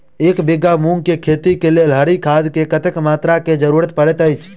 एक बीघा मूंग केँ खेती केँ लेल हरी खाद केँ कत्ते मात्रा केँ जरूरत पड़तै अछि?